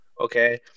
Okay